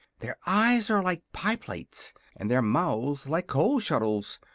their eyes are like pie-plates and their mouths like coal-scuttles.